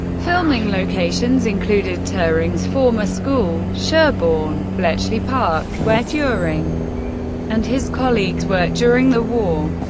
filming locations included turing's former school, sherborne, bletchley park, where turing and his colleagues worked during the war,